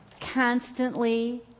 constantly